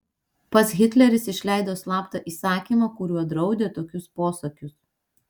pats hitleris išleido slaptą įsakymą kuriuo draudė tokius posakius